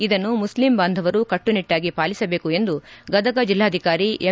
ಇದನ್ನು ಮುಸ್ಲಿಂ ಬಾಂಧವರು ಕಟ್ಟುನಿಟ್ಟಾಗಿ ಪಾಲಿಸಬೇಕು ಎಂದು ಗದಗ ಜಿಲ್ಲಾಧಿಕಾರಿ ಎಂ